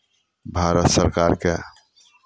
भारत सरकारके